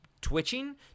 twitching